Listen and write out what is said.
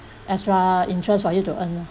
extra interest for you to earn lor